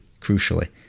crucially